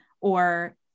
Or-